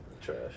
Trash